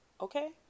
okay